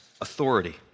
authority